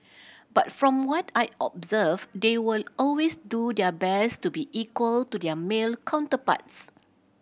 but from what I observed they will always do their best to be equal to their male counterparts